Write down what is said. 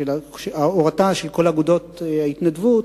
כל אגודות ההתנדבות,